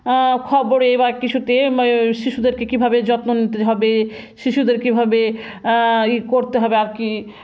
খবরে বা কিছুতে শিশুদেরকে কীভাবে যত্ন নিতে হবে শিশুদের কীভাবে ই করতে হবে আর কি